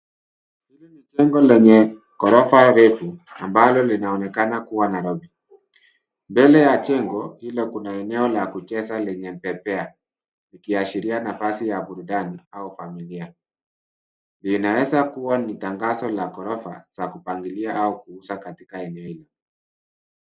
Hili ni jengo lenye ghorofa refu, ambalo linaonekana kua Nairobi. Mbele ya jengo hilo kuna eneo la kucheza lenye pepea, likiashiria nafasi ya burudani au familia. Inaweza kua ni tangazo la ghorofa za kupangilia au la kuuza katika eneo hili.